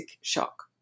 shock